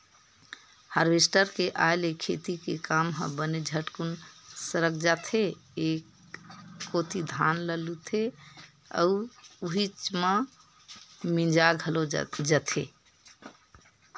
harvester के आय ले खेती के काम ह बने झटकुन सरक जाथे एक कोती धान ल लुथे अउ उहीच म मिंजा घलो जथे